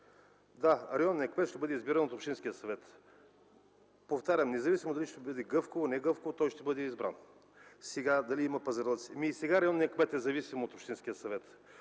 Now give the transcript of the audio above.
Да, районният кмет ще бъде избиран от общинския съвет, повтарям, независимо дали ще бъде с гъвкаво или негъвкаво мнозинство, той ще бъде избран. Дали има пазарлъци?! И сега районният кмет е зависим от общинския съвет.